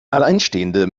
alleinstehende